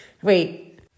Wait